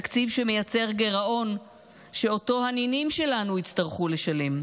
תקציב שמייצר גירעון שאותו הנינים שלנו יצטרכו לשלם.